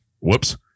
Whoops